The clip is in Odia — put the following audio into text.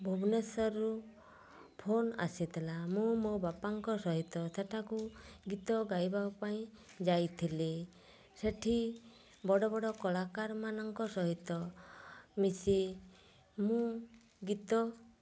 ଭୁବନେଶ୍ୱରରୁ ଫୋନ୍ ଆସିଥିଲା ମୁଁ ମୋ ବାପାଙ୍କ ସହିତ ସେଠାକୁ ଗୀତ ଗାଇବା ପାଇଁ ଯାଇଥିଲି ସେଇଠି ବଡ଼ବଡ଼ କଳାକାର ମାନଙ୍କ ସହିତ ମିଶି ମୁଁ ଗୀତ